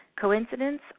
Coincidence